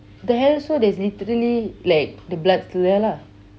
the hell so there's literally like the blood still there lah